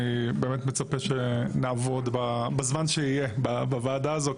אני באמת מצפה שנעבוד בזמן שיהיה בוועדה הזו,